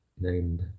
named